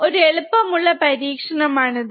ഒരു എളുപ്പമുള്ള പരീക്ഷണം ആണ് ഇത്